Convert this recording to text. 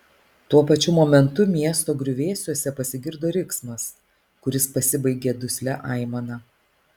tuo pačiu momentu miesto griuvėsiuose pasigirdo riksmas kuris pasibaigė duslia aimana